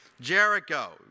Jericho